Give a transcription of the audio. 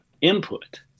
input